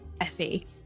effie